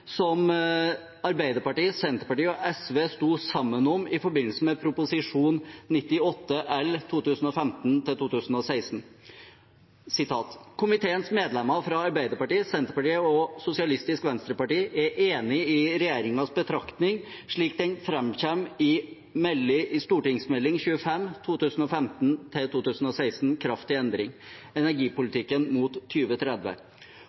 som Arbeiderpartiet, Senterpartiet og SV sto sammen om i forbindelse med Prop. 98 L for 2015–2016: «Komiteens medlemmer fra Arbeiderpartiet, Senterpartiet og Sosialistisk Venstreparti er enig i regjeringens betraktning slik den fremkommer i Meld. St. 25 , Kraft til endring.